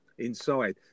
inside